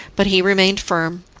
but he remained firm.